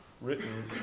written